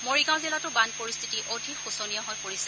মৰিগাঁও জিলাতো বান পৰিস্থিতি অধিক শোচনীয় হৈ পৰিছে